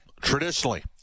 traditionally